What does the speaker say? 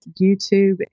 YouTube